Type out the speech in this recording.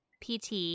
PT